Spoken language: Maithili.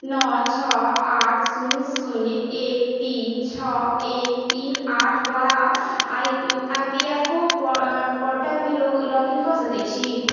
नओ छओ आठ शुन्य शुन्य एक तीन छओ एक तीन आठ द्वारा I P F O portal मे लोगिन कऽ सकै छी